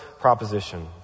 proposition